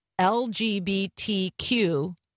LGBTQ